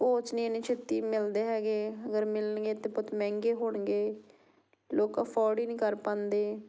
coach ਨਹੀਂ ਇੰਨੀ ਛੇਤੀ ਮਿਲਦੇ ਹੈਗੇ ਅਗਰ ਮਿਲਣਗੇ ਤਾਂ ਬਹੁਤ ਮਹਿੰਗੇ ਹੋਣਗੇ ਲੋਕ ਅਫੋਰਡ ਹੀ ਨਹੀਂ ਕਰ ਪਾਉਂਦੇ